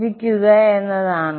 ലഭിക്കുക എന്നതാണ്